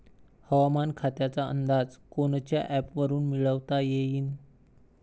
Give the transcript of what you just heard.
हवामान खात्याचा अंदाज कोनच्या ॲपवरुन मिळवता येईन?